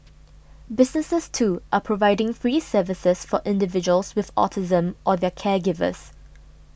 businesses too are providing free services for individuals with autism or their caregivers